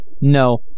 No